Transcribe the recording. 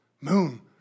moon